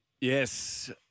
Yes